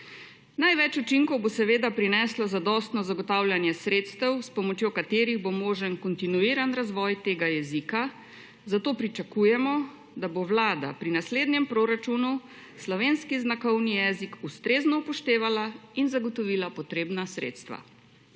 Največ učinkov bo seveda prineslo zadostno zagotavljanje sredstev, s pomočjo katerih bo možen kontinuiran razvoj tega jezika, zato pričakujemo, da bo Vlada pri naslednjem proračunu slovenski znakovni jezik ustrezno upoštevala in zagotovila potrebna sredstva.